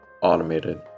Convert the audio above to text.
automated